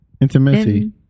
Intimacy